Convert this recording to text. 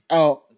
out